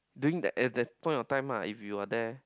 during that uh that point of times lah if you are there